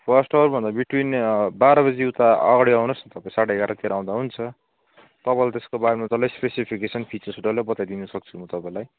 first hour भन्दा बिक्री नै बाह्र बजीउता अगाडि आउनुहोस् न तपाई साढे एघारतिर आउँदा हुन्छ तपाईँले त्यसको बारेमा डल्लै स्पेसिफिकेसन फिचर्स डल्लै बताइदिन सक्छु म तपाईँलाई